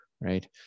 right